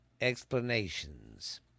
explanations